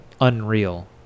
unreal